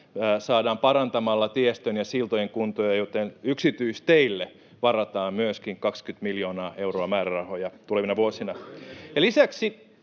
saadaan parantamalla tiestön ja siltojen kuntoa, joten yksityisteille varataan myöskin 20 miljoonaa euroa määrärahoja tulevina vuosina. Lisäksi